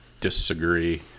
disagree